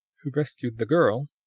who rescued the girl,